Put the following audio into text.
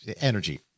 energy